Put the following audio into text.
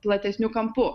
platesniu kampu